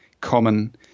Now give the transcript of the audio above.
common